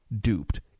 duped